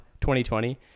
2020